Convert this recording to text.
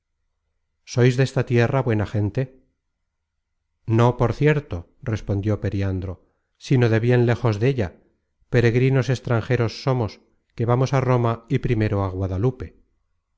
google book search generated at no por cierto respondió periandro sino de bien lejos della peregrinos extranjeros somos que vamos á roma y primero á guadalupe